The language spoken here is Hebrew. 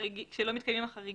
ושלא מתקיימים החריגים.